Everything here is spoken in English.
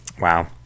wow